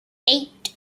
eight